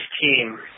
team